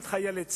את חיילי צה"ל?